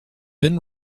been